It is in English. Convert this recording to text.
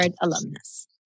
alumnus